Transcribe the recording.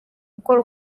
gukora